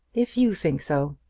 if you think so.